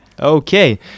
Okay